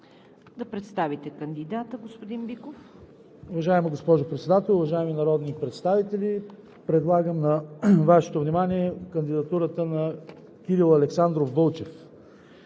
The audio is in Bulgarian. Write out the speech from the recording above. Да представите кандидата, господин Биков. ТОМА БИКОВ (ГЕРБ): Уважаема госпожо Председател, уважаеми народни представители! Предлагам на Вашето внимание кандидатурата на Кирил Александров Вълчев.